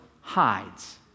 hides